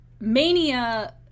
mania